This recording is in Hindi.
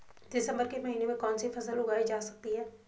दिसम्बर के महीने में कौन सी फसल उगाई जा सकती है?